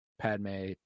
Padme